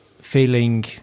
feeling